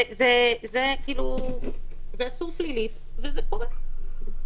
זה אסור פלילית ובכל זאת זה קורה.